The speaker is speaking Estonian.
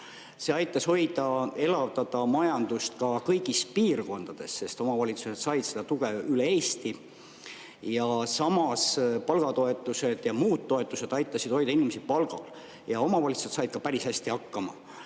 See aitas hoida ja elavdada majandust kõigis piirkondades, sest omavalitsused said seda tuge üle Eesti. Samas palgatoetused ja muud toetused aitasid hoida inimesi palgal ja omavalitsused said päris hästi hakkama.